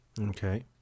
okay